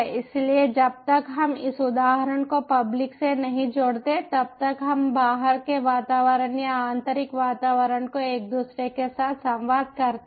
इसलिए जब तक हम इस उदाहरण को पब्लिक से नहीं जोड़ते तब तक हम बाहर के वातावरण या आंतरिक वातावरण को एक दूसरे के साथ संवाद करते हैं